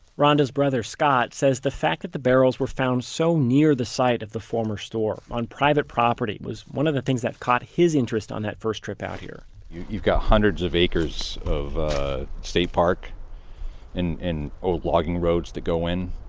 ronda's brother scott says the fact that the barrels were found so near the site of the former store, on private property, was one of the things that caught his interest on that first trip out here you've got hundreds of acres of state park and old logging roads that go in,